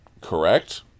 correct